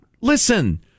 Listen